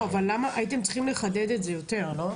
לא, אבל הייתם צריכים לחדד את זה יותר, לא?